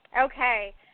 Okay